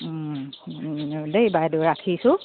দেই বাইদেউ ৰাখিছোঁ